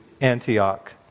Antioch